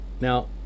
Now